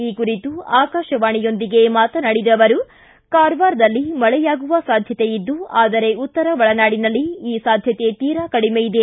ಈ ಕುರಿತು ಆಕಾಶವಾಣಿಯೊಂದಿಗೆ ಮಾತನಾಡಿದ ಅವರು ಕಾರವಾರದಲ್ಲಿ ಮಳೆಯಾಗುವ ಸಾಧ್ಯತೆಯಿದ್ದು ಆದರೆ ಉತ್ತರ ಒಳನಾಡಿನಲ್ಲಿ ಈ ಸಾಧ್ಯತೆ ತೀರಾ ಕಡಿಮೆ ಇದೆ